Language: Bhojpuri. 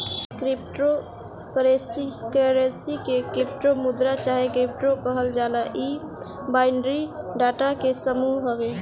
क्रिप्टो करेंसी के क्रिप्टो मुद्रा चाहे क्रिप्टो कहल जाला इ बाइनरी डाटा के समूह हवे